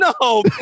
No